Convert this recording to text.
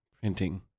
printing